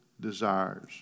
desires